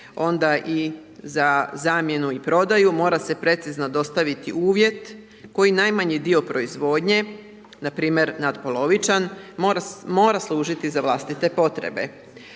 onda i za zamjenu i prodaju, mora se precizno dostaviti uvjet koji najmanji dio proizvodnje npr. natpolovičan, mora služiti za vlastite potrebe.